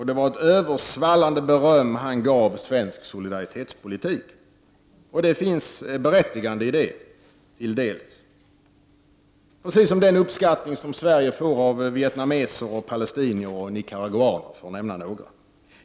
Det var ett översvallande beröm han gav svensk solidaritetspolitik, och det finns berättigande i det, till dels — precis som i den uppskattning som Sverige får av vietnameser, palestinier och nicaraguaner, för att nämna några.